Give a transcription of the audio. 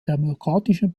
demokratischen